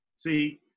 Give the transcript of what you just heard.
See